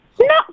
No